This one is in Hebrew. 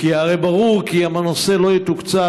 כי הרי ברור כי אם הנושא לא תוקצב,